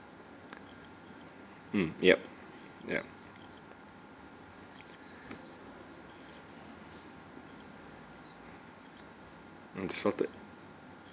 hmm yup yup hmm salted